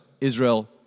Israel